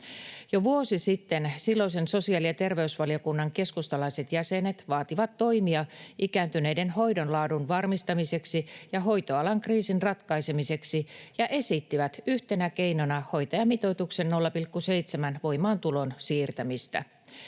Jo vuosi sitten silloisen sosiaali- ja terveysvaliokunnan keskustalaiset jäsenet vaativat toimia ikääntyneiden hoidon laadun varmistamiseksi ja hoitoalan kriisin ratkaisemiseksi ja esittivät yhtenä keinona hoitajamitoituksen 0,7 voimaantulon siirtämistä.